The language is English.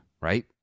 right